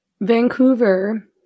vancouver